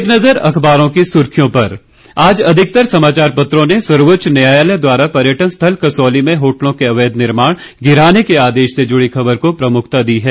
एक नज़र अखबारों की सुर्खियों पर आज अधिकतर समाचार पत्रों ने सर्वोच्च न्यायलय द्वारा पर्यटन स्थल कसौली में होटलों के अवैध निर्माण गिराने के आदेश से जुड़ी खबर को प्रमुखता दी है